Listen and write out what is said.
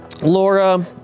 Laura